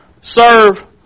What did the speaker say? serve